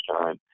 time